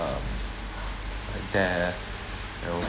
uh like death you know